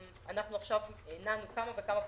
אנחנו עכשיו הנענו כמה וכמה פרויקטים.